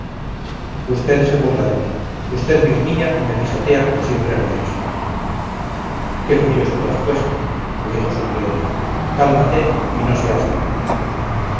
usted se burla de mí usted me humilla y me pisotea como siempre lo ha hecho qué furioso te has puesto me dijo sonriendo cálmate y no seas loco